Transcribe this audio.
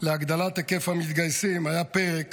להגדלת היקף המתגייסים היה פרק